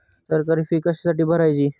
सरकारी फी कशासाठी भरायची